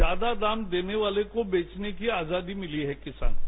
ज्यादा दाम देने वालों को बेचने की आजादी मिली है किसानों को